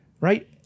right